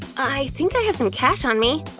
i think i have some cash on me.